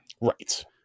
right